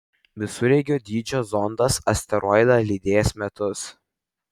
visureigio dydžio zondas asteroidą lydės metus